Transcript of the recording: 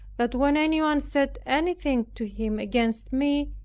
that when anyone said anything to him against me,